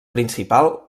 principal